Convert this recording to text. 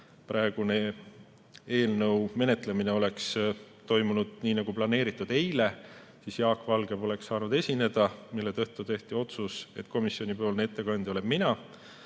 et kui eelnõu menetlemine oleks toimunud, nagu oli planeeritud, eile, siis Jaak Valge poleks saanud esineda, mille tõttu tehti otsus, et komisjoni ettekandja olen mina.